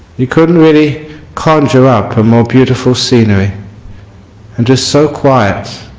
you couldn't really conjure up a more beautiful scenery and just so quiet,